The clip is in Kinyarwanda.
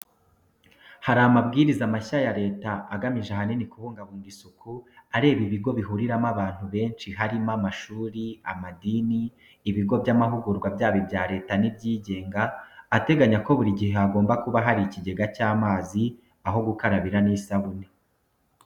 Hari amabwiriza mashya ya leta agamije ahanini kubungabunga isuku, areba ibigo bihuriramo abantu benshi harimo: amashuri, amadini, ibigo by'amahugurwa byaba ibya leta n'ibyigenga, ateganya ko buri gihe hagomba kuba hari ikigega cy'amazi, aho gukarabira n'isabune.